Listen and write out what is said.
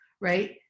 right